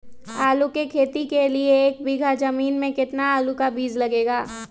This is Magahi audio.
आलू की खेती के लिए एक बीघा जमीन में कितना आलू का बीज लगेगा?